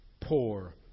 poor